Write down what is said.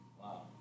Wow